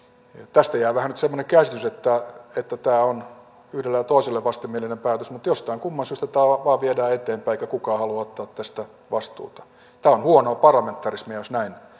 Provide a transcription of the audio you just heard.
tästä jää vähän nyt semmoinen käsitys että että tämä on yhdelle ja toiselle vastenmielinen päätös mutta jostain kumman syystä tämä vain viedään eteenpäin eikä kukaan halua ottaa tästä vastuuta tämä on huonoa parlamentarismia jos näin